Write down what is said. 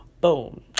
boom